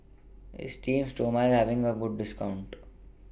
Esteem Stoma IS having A discount